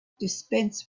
dispense